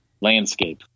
landscape